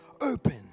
Open